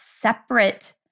separate